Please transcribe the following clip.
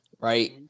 right